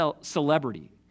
celebrity